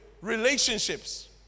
relationships